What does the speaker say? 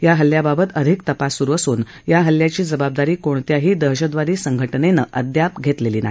या हल्ल्याबाबत अधिक तपास सुरु असून या हल्ल्याची जबाबदारी कोणत्याही दहशतवादी संघटनेनं घेतलेली नाही